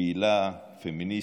פעילה פמיניסטית.